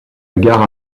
gare